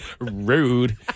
Rude